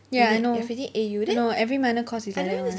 ya I know don't know every minor course is like that [one]